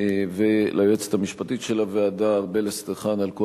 וליועצת המשפטית של הוועדה ארבל אסטרחן על כל